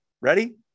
ready